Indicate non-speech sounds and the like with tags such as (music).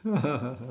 (laughs)